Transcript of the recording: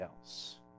else